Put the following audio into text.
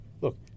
look